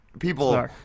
People